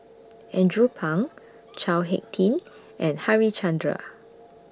Andrew Phang Chao Hick Tin and Harichandra